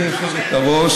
סליחה,